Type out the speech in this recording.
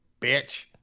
bitch